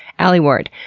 alie ward,